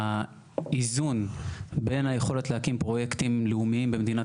האיזון בין היכולת להקים פרויקטים לאומיים במדינת